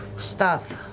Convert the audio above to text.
stuff,